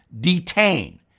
detain